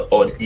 on